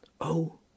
Oh